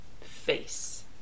face